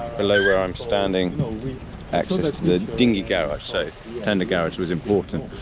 below where i'm standing access to the dinghy garage, so tender garage was important,